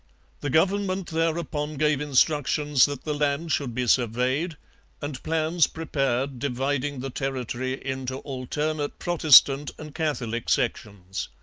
the government thereupon gave instructions that the land should be surveyed and plans prepared dividing the territory into alternate protestant and catholic sections.